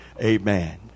amen